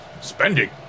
spending